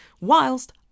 Whilst